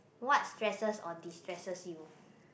what stresses or destresses you